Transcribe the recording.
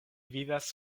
vivas